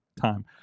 time